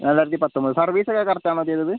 രണ്ടായിരത്തിപ്പത്തൊമ്പത് സർവീസൊക്കെ കറക്ടാണോ ചെയ്തത്